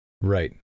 Right